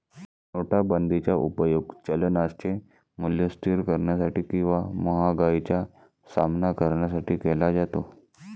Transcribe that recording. नोटाबंदीचा उपयोग चलनाचे मूल्य स्थिर करण्यासाठी किंवा महागाईचा सामना करण्यासाठी केला जातो